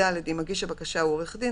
(ד) אם מגיש הבקשה הוא עורך דין,